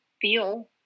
feel